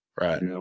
Right